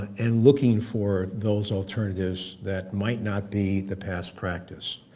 and looking for those alternatives that might not be the past practice.